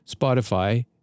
Spotify